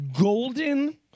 golden